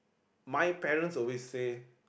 my parents always say